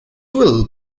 will